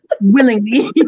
willingly